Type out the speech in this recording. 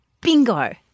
bingo